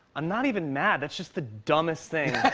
i'm not even mad. that's just the dumbest thing.